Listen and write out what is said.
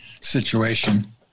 situation